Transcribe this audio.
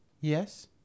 Yes